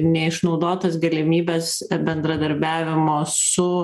neišnaudotas galimybes bendradarbiavimo su